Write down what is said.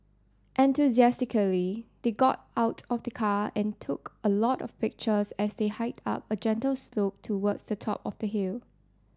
enthusiastically they got out of the car and took a lot of pictures as they hiked up a gentle slope towards the top of the hill